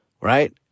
Right